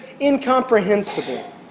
incomprehensible